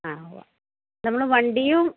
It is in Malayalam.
ആ ഉവ്വ് നമ്മള് വണ്ടിയും